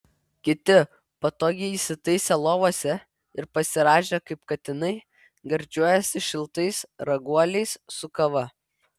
kiti patogiai įsitaisę lovose ir pasirąžę kaip katinai gardžiuojasi šiltais raguoliais su kava